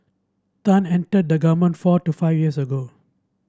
Tan entered the government four to five years ago